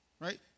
Right